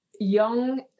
young